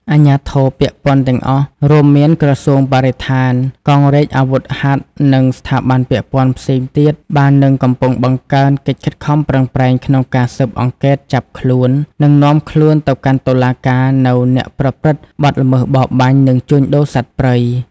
អាជ្ញាធរពាក់ព័ន្ធទាំងអស់ រួមមានក្រសួងបរិស្ថាន កងរាជអាវុធហត្ថ និងស្ថាប័នពាក់ព័ន្ធផ្សេងទៀត បាននិងកំពុង បង្កើនកិច្ចខិតខំប្រឹងប្រែងក្នុងការស៊ើបអង្កេត ចាប់ខ្លួន និងនាំខ្លួនទៅកាន់តុលាការនូវ អ្នកប្រព្រឹត្តបទល្មើសបរបាញ់ និងជួញដូរសត្វព្រៃ។